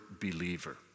believer